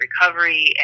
recovery